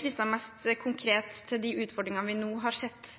knyttet mest konkret til de utfordringene vi nå har sett